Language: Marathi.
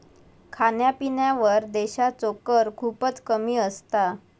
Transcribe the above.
खाण्यापिण्यावर देशाचो कर खूपच कमी असता